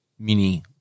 mini